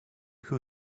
who